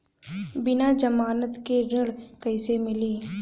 बिना जमानत के ऋण कईसे मिली?